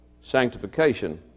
sanctification